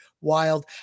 wild